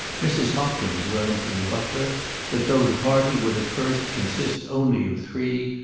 mrs. hopkins learned from the butler that though the party would at first consist only of three,